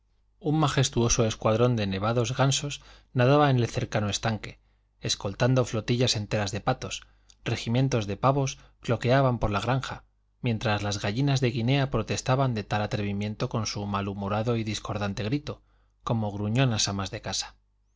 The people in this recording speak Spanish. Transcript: un majestuoso escuadrón de nevados gansos nadaba en el cercano estanque escoltando flotillas enteras de patos regimientos de pavos cloqueaban por la granja mientras las gallinas de guinea protestaban de tal atrevimiento con su malhumorado y discordante grito como gruñonas amas de casa